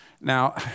Now